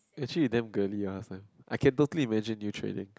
actually you damn girly last time I can totally imagine you training